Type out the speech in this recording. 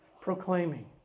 proclaiming